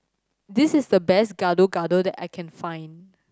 this is the best Gado Gado that I can find